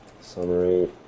summary